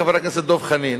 חבר הכנסת דב חנין,